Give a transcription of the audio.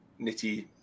nitty